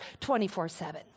24-7